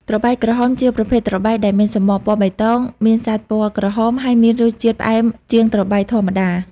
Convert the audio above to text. ត្របែកក្រហម ជាប្រភេទត្របែកដែលមានសំបកពណ៌បៃតង មានសាច់ពណ៌ក្រហម ហើយមានរសជាតិផ្អែមជាងត្របែកធម្មតា។